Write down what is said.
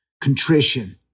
contrition